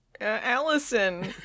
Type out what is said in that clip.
Allison